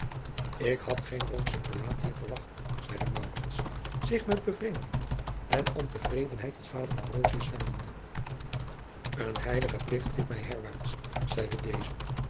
ik had geen roomschen prelaat hier verwacht zeide maurits zich met bevreemding en ontevredenheid tot vader ambrosius wendende een heilige plicht riep mij herwaarts zeide deze